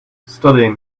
studying